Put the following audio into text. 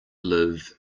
live